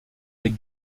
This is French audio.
des